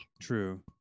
True